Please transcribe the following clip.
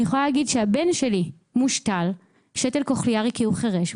אני יכולה להגיד שהבן שלי מושתל שתל קוכליארי כי הוא חירש,